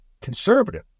conservative